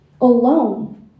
alone